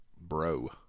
bro